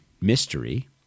mystery